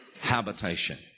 habitation